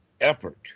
effort